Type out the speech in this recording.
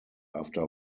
after